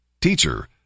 Teacher